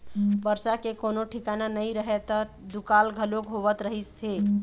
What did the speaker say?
बरसा के कोनो ठिकाना नइ रहय त दुकाल घलोक होवत रहिस हे